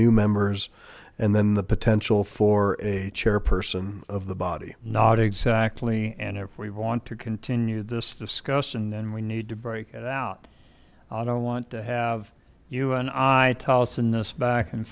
new members and then the potential for a chairperson of the body not exactly and if we want to continue this discussion and we need to break it out i don't want to have you and i toss in this back and